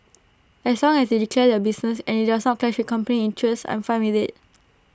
as long as they declare their business and IT does not clash with company interests I'm fine with IT